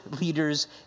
leaders